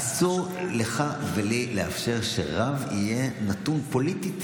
אסור לך ולי לאפשר שרב יהיה נתון פוליטית